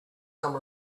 some